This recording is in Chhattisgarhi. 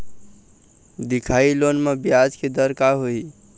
दिखाही लोन म ब्याज के दर का होही?